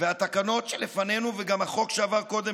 התקנות שלפנינו וגם החוק שעבר קודם,